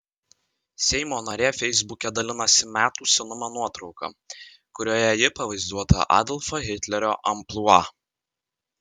seimo narė feisbuke dalinasi metų senumo nuotrauka kurioje ji pavaizduota adolfo hitlerio amplua